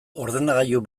ordenagailu